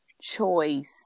choice